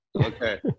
Okay